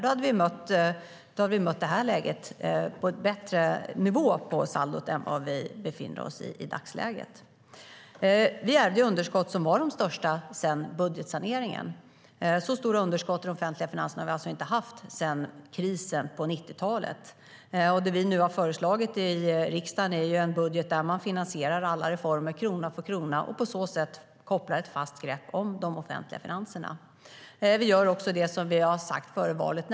Då hade vi mött det här läget med en bättre nivå på saldot än vad vi har i dagsläget. Vi gör också det som vi har sagt före valet.